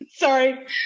Sorry